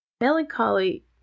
Melancholy